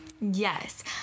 Yes